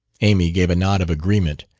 amy gave a nod of agreement.